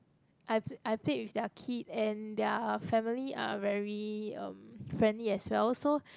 I I played with their kid and their family are very um friendly as well so